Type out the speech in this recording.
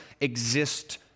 exist